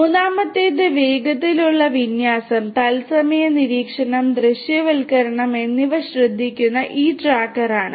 മൂന്നാമത്തേത് വേഗത്തിലുള്ള വിന്യാസം തത്സമയ നിരീക്ഷണം ദൃശ്യവൽക്കരണം എന്നിവ ശ്രദ്ധിക്കുന്ന ഈ ട്രാക്കറാണ്